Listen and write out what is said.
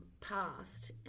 past